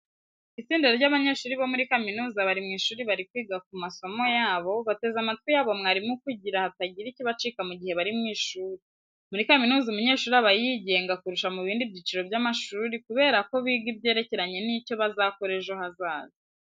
Itsinda ry'abanyeshuri bo muri kaminuza bari mu ishuri bari kwiga ku masomo yabo, bateze amatwi yabo mwarimu kugira hatagira ikibacika mu gihe bari mu ishuri. Muri kaminuza umunyeshuri aba yigenga kurusha mu bindi byiciro by'amashuru kubera ko biga ibyerekeranye n'icyo bazakora ejo hazaza.